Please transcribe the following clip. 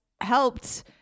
helped